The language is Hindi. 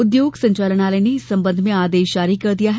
उद्योग संचालनालय ने इस संबंध में आदेश जारी कर दिया है